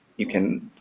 you can,